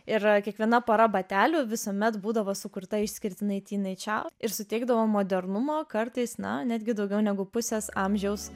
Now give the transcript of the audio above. ir kiekviena pora batelių visuomet būdavo sukurta išskirtinai tinai čiau ir suteikdavo modernumo kartais na netgi daugiau negu pusės amžiaus